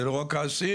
זה לא רק האסיר.